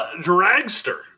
Dragster